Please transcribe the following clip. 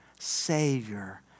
Savior